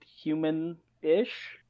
human-ish